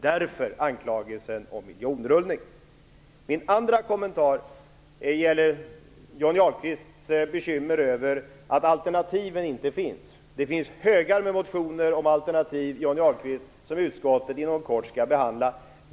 Därför anklagelsen om miljonrullning. Min andra kommentar gäller Johnny Ahlqvists bekymmer över att alternativen inte finns. Det finns högar med motioner om alternativ som utskottet inom kort skall behandla.